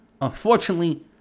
Unfortunately